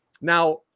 now